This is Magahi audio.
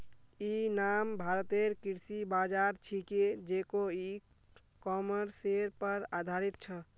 इ नाम भारतेर कृषि बाज़ार छिके जेको इ कॉमर्सेर पर आधारित छ